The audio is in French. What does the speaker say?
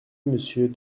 monsieur